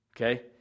Okay